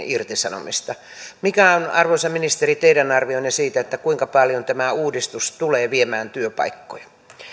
irtisanomista mikä on arvoisa ministeri teidän arvionne siitä kuinka paljon tämä uudistus tulee viemään työpaikkoja